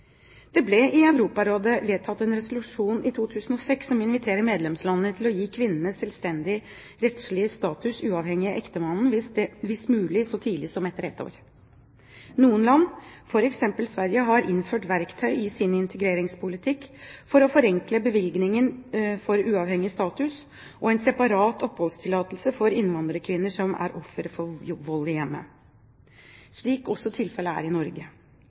Det ble i Europarådet vedtatt en resolusjon i 2006 som inviterer medlemslandene til å gi kvinnene selvstendig rettslig status uavhengig av ektemannens, hvis mulig så tidlig som etter ett år. Noen land, f.eks. Sverige, har innført verktøy i sin integreringspolitikk for å forenkle bevilgningen for uavhengig status og en separat oppholdstillatelse for innvandrerkvinner som er offer for vold i hjemmet, slik også tilfellet er i Norge.